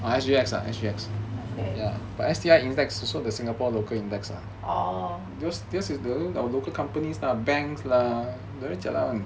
orh